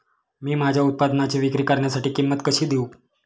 मी माझ्या उत्पादनाची विक्री करण्यासाठी किंमत कशी देऊ?